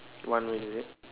one way is it